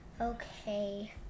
Okay